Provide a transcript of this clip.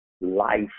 life